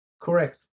Correct